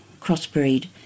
crossbreed